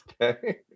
Okay